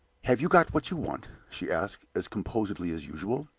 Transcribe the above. have you got what you want? she asked, as composedly as usual.